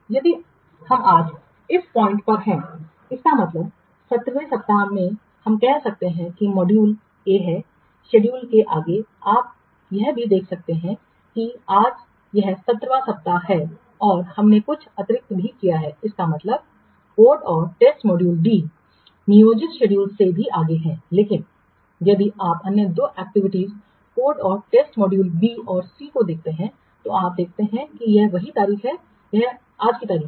यदि हम आज इस पॉइंट पर हैं इसका मतलब है 17 वें सप्ताह में हम कह सकते हैं कि मॉड्यूल ए है शेड्यूल के आगे आप यह भी देख सकते हैं कि आज यह 17 वां सप्ताह है और हमने कुछ अतिरिक्त भी किया है इसका मतलब है कोड और टेस्ट मॉड्यूल डी नियोजित शेड्यूल से भी आगे है लेकिन यदि आप अन्य दो एक्टिविटीज कोड और टेस्ट मॉड्यूल बी और सी को देखते हैं तो आप देखते हैं कि वही तारीख है यह आज की तारीख है